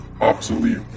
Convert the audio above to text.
obsolete